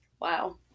wow